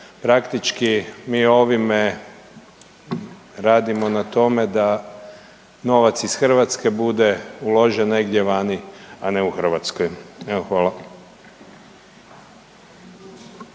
Praktički mi ovime radimo na tome da novac iz Hrvatske bude uložen negdje vani, a ne u Hrvatskoj. Evo,